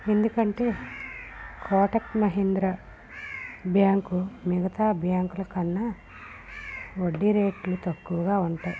ఎందుకంటే కోటక్ మహీంద్ర బ్యాంకు మిగతా బ్యాంకుల కన్నా వడ్డీ రేట్లు తక్కువగా ఉంటాయి